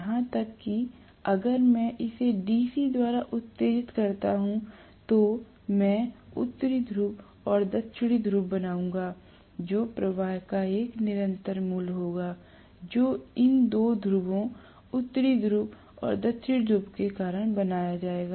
यहां तक कि अगर मैं इसे DC द्वारा उत्तेजित करता हूं तो मैं उत्तरी ध्रुव और दक्षिणी ध्रुव बनाऊंगा जो प्रवाह का एक निरंतर मूल्य होगा जो इन दो ध्रुवों उत्तरी ध्रुव और दक्षिण ध्रुव के कारण बनाया जाएगा